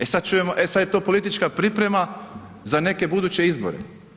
E sad čujemo, e sad je to politička priprema za neke buduće izbore.